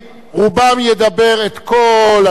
רובם ידבר את כל הדברים.